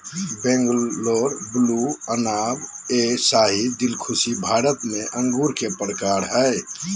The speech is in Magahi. बैंगलोर ब्लू, अनाब ए शाही, दिलखुशी भारत में अंगूर के प्रकार हय